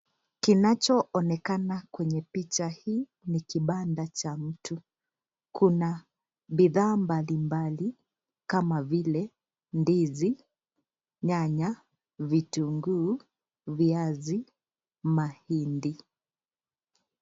Kinachoonekana kwenye picha hii ni kibanda cha mtu. Kuna bidhaa mbalimbali kama vile ndizi, nyanya, vitunguu, viazi, mahindi.